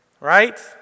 right